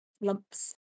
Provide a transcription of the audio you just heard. lumps